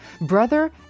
brother